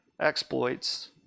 exploits